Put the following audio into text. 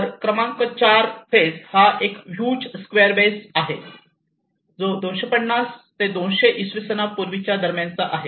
तर क्रमांक 4 फेज हा एक ह्यूज स्क्वेअर बेस आहे जो 250 ते 200 इसवी सन वर्षांपूर्वीच्या दरम्यानचा आहे